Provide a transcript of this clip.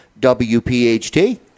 WPHT